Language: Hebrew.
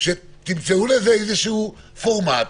שתמצאו לזה פורמט,